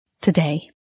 today